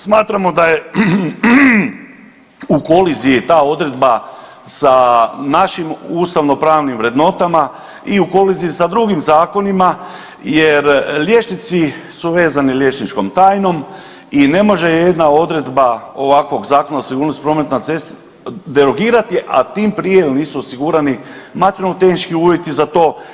Smatramo da je u koliziji ta odredba sa našim ustavno-pravnim vrednotama i u koliziji sa drugim zakonima, jer liječnici su vezani liječničkom tajnom i ne može jedna odredba ovakvog Zakona o sigurnosti prometa na cesti derogirati, a tim prije jer nisu osigurani materijalno-tehnički uvjeti za to.